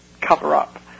cover-up